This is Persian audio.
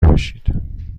باشید